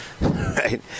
Right